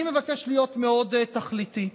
אני מבקש להיות מאוד תכליתי.